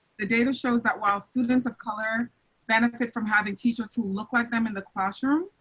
the data shows that while students of color benefit from having teachers who look like them in the classroom.